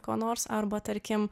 kuo nors arba tarkim